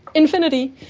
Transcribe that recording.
infinity.